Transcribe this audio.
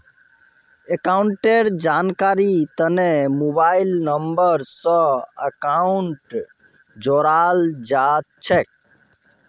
अकाउंटेर जानकारीर तने मोबाइल नम्बर स अकाउंटक जोडाल जा छेक